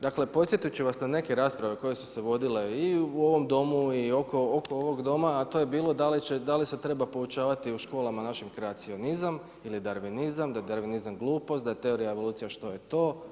Dakle, podsjetit ću vas na neke rasprave koje su se vodile i u ovom domu i oko ovog doma, a to je bilo da li se treba poučavati u školama našim kroacionizam ili darvinizam, da darvinizam je glupost, da je teorija evolucija što je to.